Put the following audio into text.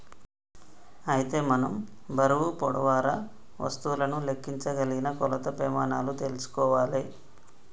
అయితే మనం బరువు పొడవు వారా వస్తువులను లెక్కించగలిగిన కొలత ప్రెమానాలు తెల్సుకోవాలే